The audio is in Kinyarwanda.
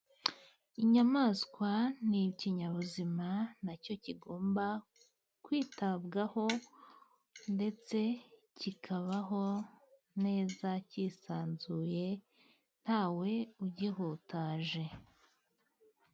Inyamaswa ni ikinyabuzima na cyo kigomba kwitabwaho, ndetse kikabaho neza kisanzuye ntawe ugihutaje.